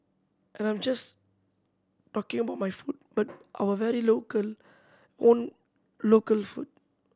and I'm just talking about my food but our very local own local food